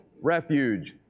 refuge